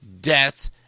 death